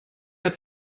mehr